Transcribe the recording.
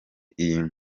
iyi